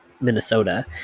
minnesota